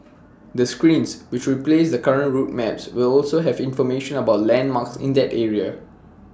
the screens which replace the current route maps will also have information about landmarks in that area